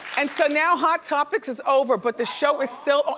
and so now hot topics is over but the show is still,